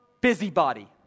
busybody